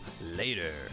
later